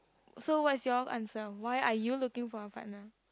so what is your answer why are you looking for a partner